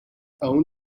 own